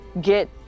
get